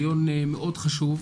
דיון מאוד חשוב.